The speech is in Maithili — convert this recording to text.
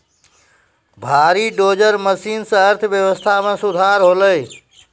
भारी डोजर मसीन सें अर्थव्यवस्था मे सुधार होलय